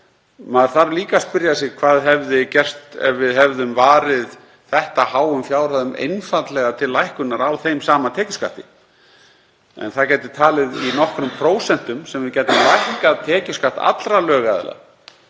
maður þarf líka að spyrja sig: Hvað hefði gerst ef við hefðum varið þetta háum fjárhæðum einfaldlega til lækkunar á þeim sama tekjuskatti? Það gæti talið í nokkrum prósentum sem við gætum lækkað tekjuskatt allra lögaðila